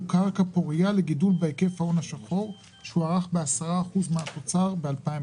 קרקע פורייה לגידול בהיקף ההון השחור שהוערך ב-10% מהתוצר ב-2019.